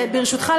ברשותך,